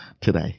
today